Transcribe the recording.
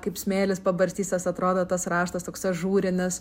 kaip smėlis pabarstytas atrodo tas raštas toks ažūrinis